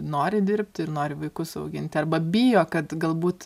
nori dirbt ir nori vaikus auginti arba bijo kad galbūt